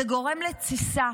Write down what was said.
זה גורם לתסיסה.